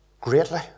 greatly